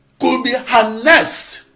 could be harnessed